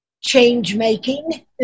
change-making